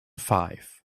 five